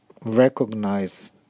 recognize